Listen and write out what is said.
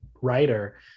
writer